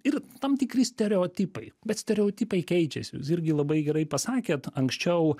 ir tam tikri stereotipai bet stereotipai keičiasi jūs irgi labai gerai pasakėt anksčiau